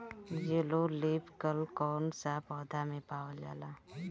Yellow leaf कल कौन सा पौधा में पावल जाला?